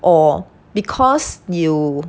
or because you